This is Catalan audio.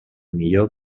millor